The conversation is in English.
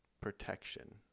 protection